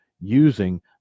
using